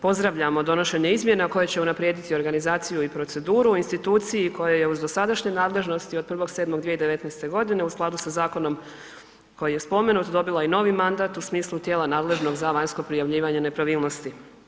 Pozdravljamo donošenje izmjena koje će unaprijediti organizaciju i proceduru u instituciji koja je uz dosadašnje nadležnosti od 1.7.2019.g. u skladu sa zakonom koji je spomenut dobila i novi mandat u smislu tijela nadležnog za vanjsko prijavljivanje nepravilnosti.